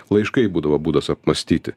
laiškai būdavo būdas apmąstyti